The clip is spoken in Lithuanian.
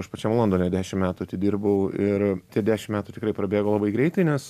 aš pačiam londone dešim metų atidirbau ir tie dešim metų tikrai prabėgo labai greitai nes